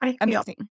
amazing